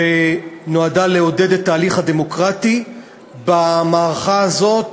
שנועדה לעודד את ההליך הדמוקרטי במערכה הזאת,